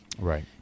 right